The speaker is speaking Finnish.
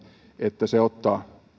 että se ottaa